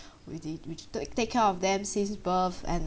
which is which to take care of them since birth and